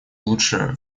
лучше